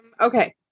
Okay